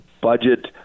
budget